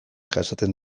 jasaten